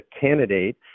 candidate